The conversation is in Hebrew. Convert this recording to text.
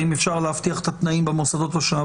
האם אפשר להבטיח את התנאים במוסדות השונים.